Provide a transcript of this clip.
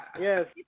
yes